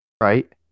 right